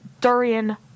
durian